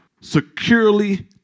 securely